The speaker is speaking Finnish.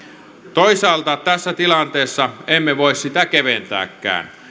toisaalta tässä tilanteessa emme voi sitä keventääkään